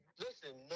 listen